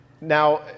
now